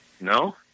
no